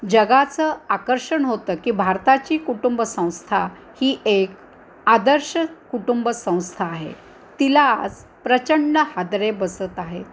जगाचं आकर्षण होतं की भारताची कुटुंब संस्था ही एक आदर्श कुटुंब संस्था आहे तिला आज प्रचंड हादरे बसत आहेत